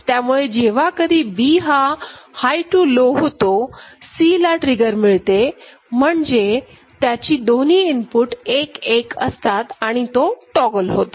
त्यामुळे जेव्हा कधी B हा हाय टू लो होतो Cला ट्रिगर मिळते म्हणजे त्याची दोन्ही इनपुट 1 1 असतात आणि तो टॉगल होतो